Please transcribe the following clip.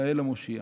האל המושיע".